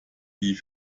die